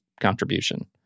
contribution